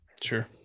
sure